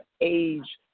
age